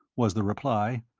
was the reply.